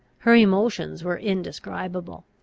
her emotions were indescribable.